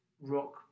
rock